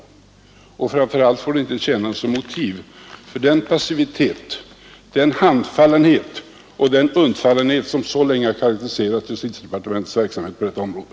Framför allt får det inte tjäna som motiv för den passivitet, handfallenhet och undfallenhet som så länge har karakteriserat justitiedepartementets verksamhet på detta område.